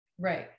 Right